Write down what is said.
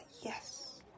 Yes